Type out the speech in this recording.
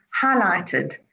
highlighted